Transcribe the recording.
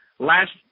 Last